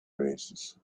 oasis